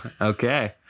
Okay